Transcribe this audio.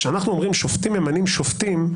כשאנחנו אומרים שופטים ממנים שופטים,